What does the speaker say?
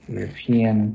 European